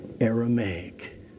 Aramaic